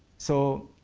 so,